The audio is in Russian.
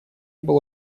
было